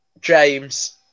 James